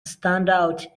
standout